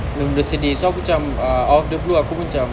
benda-benda sedih so aku cam uh out of the blue aku cam